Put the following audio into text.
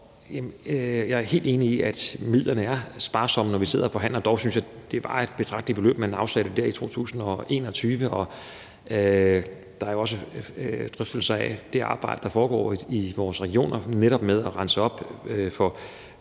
Jeg er helt enig i, at midlerne er sparsomme, når vi sidder og forhandler. Dog synes jeg, det var et betragteligt beløb, man afsatte der i 2021. Der er jo også drøftelser af det arbejde, der foregår i vores regioner med netop at rense op efter